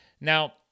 Now